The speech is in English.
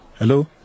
Hello